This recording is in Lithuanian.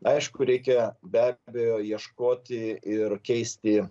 aišku reikia be abejo ieškoti ir keisti